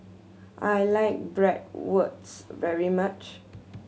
I like Bratwurst very much